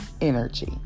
energy